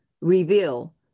reveal